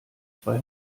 zwei